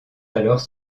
alors